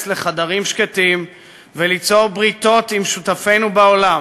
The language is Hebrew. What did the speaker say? לחדרים שקטים וליצור בריתות עם שותפינו בעולם,